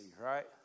right